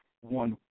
one